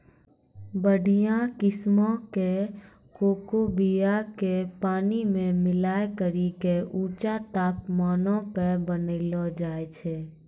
बढ़िया किस्मो के कोको बीया के पानी मे मिलाय करि के ऊंचा तापमानो पे बनैलो जाय छै